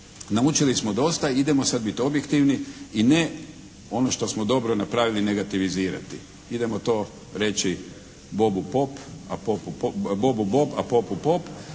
Naučili smo dosta i idemo sad biti objektivni i ne ono što smo dobro napravili negativizirati. Idemo to reći bobu bob, a popu pop,